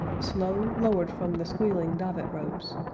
slow, lowered from the squealing davit-ropes,